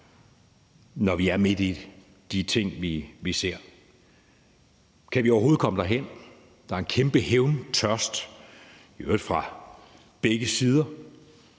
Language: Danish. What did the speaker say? når vi er midt i de ting, vi ser. Kan vi overhovedet komme derhen? Der er en kæmpe hævntørst, i øvrigt fra begge sider,